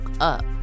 up